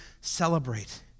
celebrate